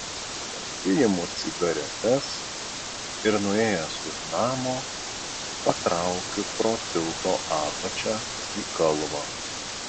pasiimu cigaretes ir nuėjęs už namo patraukiu pro tilto apačią į kalvą